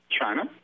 China